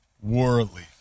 worldly